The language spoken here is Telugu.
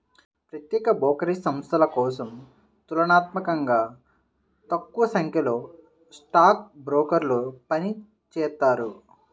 ప్రత్యేక బ్రోకరేజ్ సంస్థల కోసం తులనాత్మకంగా తక్కువసంఖ్యలో స్టాక్ బ్రోకర్లు పనిచేత్తారు